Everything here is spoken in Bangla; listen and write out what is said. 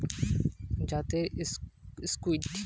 সমুদ্রের জীবের ভিতরে কাকড়া, ঝিনুক, বিভিন্ন জাতের স্কুইড,